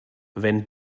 wenn